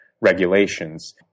regulations